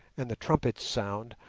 and the trumpets sound,